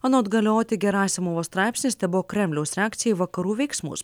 anot galeoti gerasimovo straipsnis tebuvo kremliaus reakcija į vakarų veiksmus